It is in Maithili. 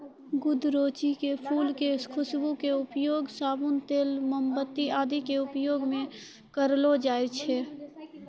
गुदरैंची के फूल के खुशबू के उपयोग साबुन, तेल, मोमबत्ती आदि के उपयोग मं करलो जाय छै